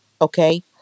Okay